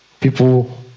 people